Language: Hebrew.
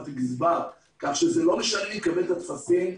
גזבר כך שלא משנה אם נקבל את הטפסים.